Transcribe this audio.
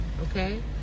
okay